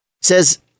says